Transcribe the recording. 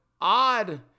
odd